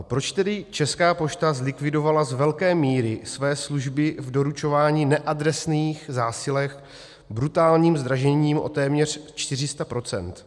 Proč tedy Česká pošta zlikvidovala z velké míry své služby v doručování neadresných zásilek brutálním zdražením o téměř 400 %?